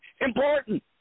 important